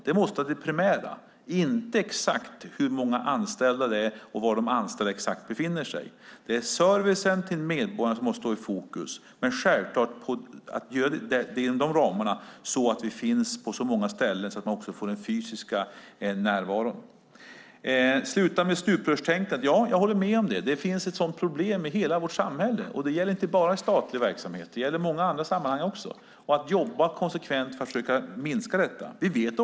Det måste vara det primära, inte exakt hur många anställda det är och var de befinner sig. Det är servicen till medborgarna som måste stå i fokus, självklart på så sätt att vi finns på så många ställen att man får den fysiska närvaron. Sluta med stuprörstänkandet, sade Lena Olsson. Jag håller med om det. Det finns ett sådant problem i hela vårt samhälle. Det gäller inte bara statlig verksamhet. Det gäller även i många andra sammanhang. Vi måste jobba konsekvent för att försöka minska det.